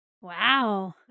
Wow